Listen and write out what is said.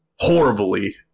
horribly